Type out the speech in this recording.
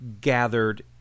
gathered